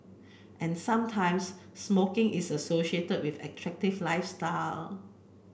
and sometimes smoking is associated with attractive lifestyle